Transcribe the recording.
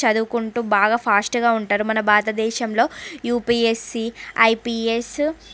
చదువుకుంటూ బాగా ఫాస్ట్ గా ఉంటారు మన భారత దేశంలో యుపీఎస్సీ ఐపీఎస్